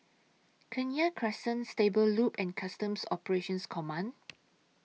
Kenya Crescent Stable Loop and Customs Operations Command